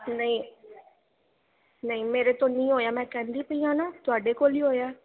ਨਹੀਂ ਨਹੀਂ ਮੇਰੇ ਤੋਂ ਨਹੀਂ ਹੋਇਆ ਮੈਂ ਕਹਿੰਦੀ ਪਈ ਹਾਂ ਨਾ ਤੁਹਾਡੇ ਕੋਲ ਹੀ ਹੋਇਆ